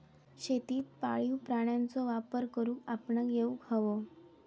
शेतीत पाळीव प्राण्यांचो वापर करुक आपणाक येउक हवो